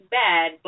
bad